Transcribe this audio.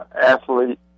athlete